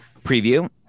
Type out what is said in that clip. Preview